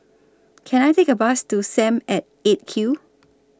Can I Take A Bus to SAM At eight Q